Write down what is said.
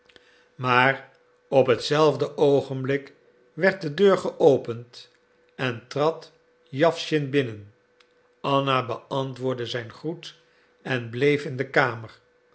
maar op hetzelfde oogenblik werd de deur geopend en trad jawschin binnen anna beantwoordde zijn groet en bleef in de kamer